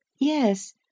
Yes